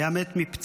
הוא היה מת מפצעיו,